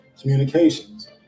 communications